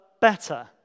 better